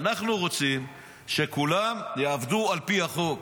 אנחנו רוצים שכולם יעבדו על פי החוק.